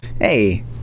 Hey